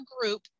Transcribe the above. group